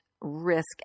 risk